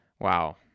wow